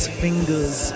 fingers